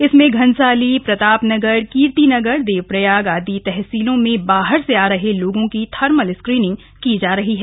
इसमें घनसाली प्रतापनगर कीर्तिनगर देवप्रयाग आदि तहसीलों में बाहर से आ रहे लोगों की थर्मल स्क्रीनिंग की जा रही है